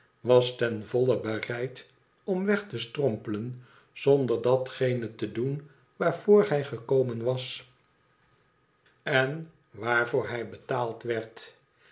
was ten volle bereid om weg te strompelen zonder datgene te doen waarvoor hij gekomen was en waarvoor hij betaald werd